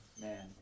Man